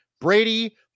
Brady